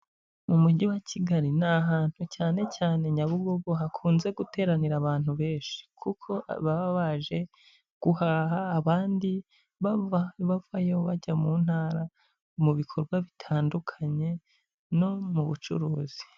Mu mujyi wa Kigali ni ahantu cyane cyane Nyabugogo hakunze guteranira abantu benshi, kuko baba baje guhaha abandi bava, bavayo, bajya mu ntara mu bikorwa bitandukanye no mu bucuruzi.